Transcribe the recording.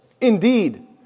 Indeed